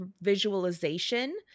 visualization